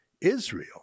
Israel